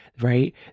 right